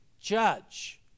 judge